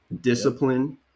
discipline